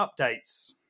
updates